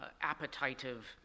appetitive